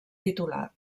titular